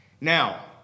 Now